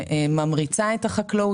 שממריצה את החקלאות.